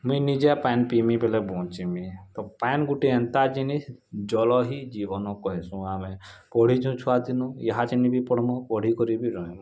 ମୁଇଁ ନିଜେ ପ୍ୟାନ୍ ପିଇମି ବୋଲେ ବଞ୍ଚିମି ତ ପ୍ୟାନ୍ ଗୁଟେ ଏନ୍ତା ଜିନିଷ୍ ଜଲ ହିଁ ଜୀବନ କହେସୁଁ ଆମେ ପଢ଼ିଛୁ ଛୁଆଦିନୁ ପଢ଼ମୁ ପଢ଼ିକରି ବି ରହିମୁଁ